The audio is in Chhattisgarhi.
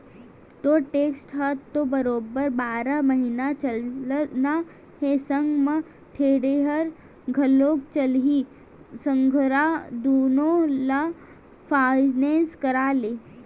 तोर टेक्टर ह तो बरोबर बारह महिना चलना हे संग म थेरेसर घलोक चलही संघरा दुनो ल फायनेंस करा ले